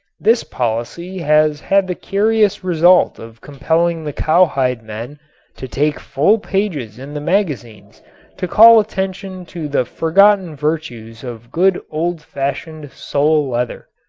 this policy has had the curious result of compelling the cowhide men to take full pages in the magazines to call attention to the forgotten virtues of good old-fashioned sole-leather!